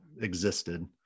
existed